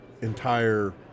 entire